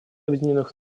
объединенных